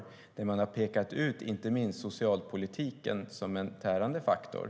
Där har man pekat ut inte minst socialpolitiken som en tärande faktor.